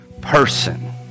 person